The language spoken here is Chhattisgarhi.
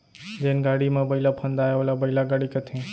जेन गाड़ी म बइला फंदाये ओला बइला गाड़ी कथें